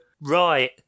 right